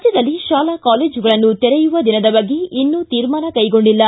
ರಾಜ್ಯದಲ್ಲಿ ಶಾಲಾ ಕಾಲೇಜುಗಳನ್ನು ತೆರೆಯುವ ದಿನದ ಬಗ್ಗೆ ಇನ್ನು ತೀರ್ಮಾನ ಕೈಗೊಂಡಿಲ್ಲ